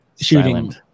shooting